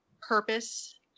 purpose